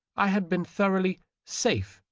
i had been thoroughly safe,